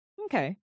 Okay